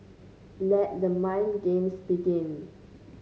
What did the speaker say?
let the mind games begin